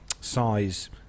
size